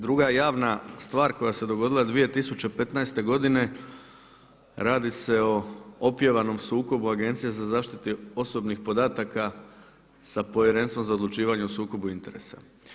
Druga javna stvar koja se dogodila 2015.godine radi se o opjevanom sukobu Agencije za zaštitu osobnih podataka sa Povjerenstvom za odlučivanje o sukobu interesa.